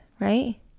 right